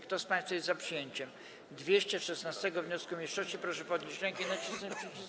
Kto z państwa jest za przyjęciem 216. wniosku mniejszości, proszę podnieść rękę i nacisnąć przycisk.